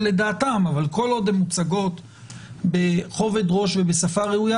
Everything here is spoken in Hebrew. את דעתם אבל כל עוד הן מוצגות בכובד ראש ובשפה ראויה,